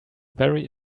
very